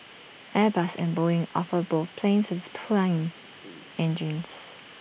airbus and boeing offer both planes with twin engines